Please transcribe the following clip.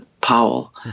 Powell